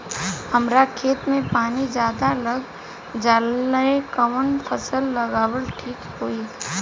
हमरा खेत में पानी ज्यादा लग जाले कवन फसल लगावल ठीक होई?